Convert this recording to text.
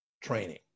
training